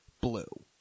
blue